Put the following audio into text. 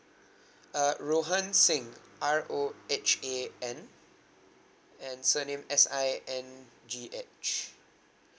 uh rohan singh R O H A N and surname S I N G H